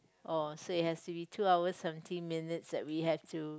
oh so it has to be two hour seventeen minutes that we have to